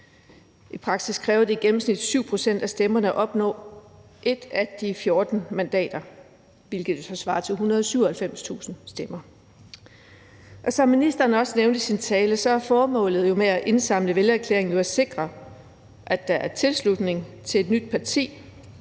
Faktisk kræver det i gennemsnit 7 pct. af stemmerne at opnå 1 af de 14 mandater, hvilket svarer til 197.000 stemmer. Som ministeren også nævnte i sin tale, er formålet med at indsamle vælgererklæringer jo at sikre, at der er tilslutning til et nyt parti,